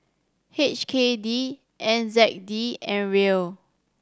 H K D N Z D and Riel